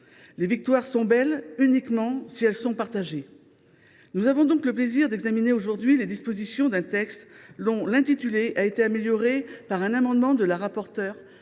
Les victoires sont belles uniquement si elles sont partagées. Nous avons donc le plaisir d’examiner aujourd’hui les dispositions d’un texte dont l’intitulé a été amélioré grâce à un amendement de la rapporteure